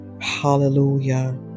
Hallelujah